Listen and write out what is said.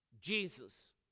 Jesus